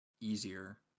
easier